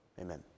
Amen